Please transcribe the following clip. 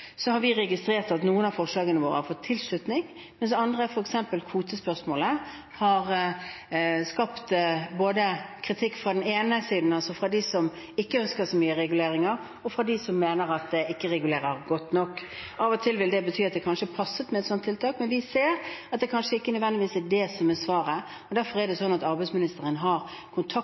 Så har vi registrert at noen av forslagene våre har fått tilslutning, mens andre, f.eks. kvotespørsmålet, har skapt kritikk både fra den siden, altså fra dem som ikke ønsker så mye reguleringer, og fra dem som mener at det ikke regulerer godt nok. Av og til vil det bety at det kanskje passet med et slikt tiltak, men vi ser at det kanskje ikke nødvendigvis er det som er svaret. Derfor har arbeidsministeren kontakt med partene og